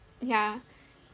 ya